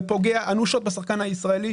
זה פוגע אנושות בשחקן הישראלי.